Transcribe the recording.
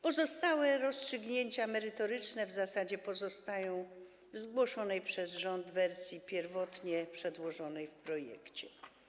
Pozostałe rozstrzygnięcia merytoryczne w zasadzie pozostają w zgłoszonej przez rząd wersji pierwotnie przedłożonej w projekcie.